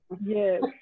Yes